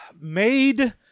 made